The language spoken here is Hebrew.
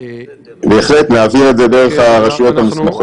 בהחלט נעביר את זה דרך הרשויות המוסמכות.